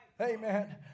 Amen